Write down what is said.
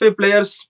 players